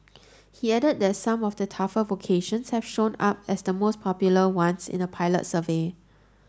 he added that some of the tougher vocations have shown up as the most popular ones in a pilot survey